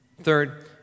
Third